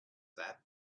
that